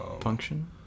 Function